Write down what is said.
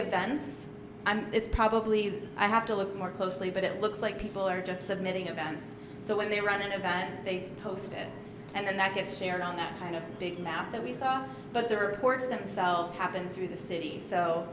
events i'm it's probably that i have to look more closely but it looks like people are just submitting events so when they run an event they post it and that gets shared on that kind of big map that we saw but the reports themselves happen through the city so